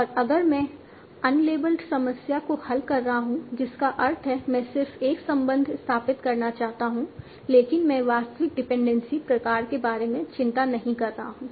और अगर मैं अनलेबल्ड समस्या को हल कर रहा हूं जिसका अर्थ है मैं सिर्फ एक संबंध स्थापित करना चाहता हूं लेकिन मैं वास्तविक डिपेंडेंसी प्रकार के बारे में चिंता नहीं कर रहा हूं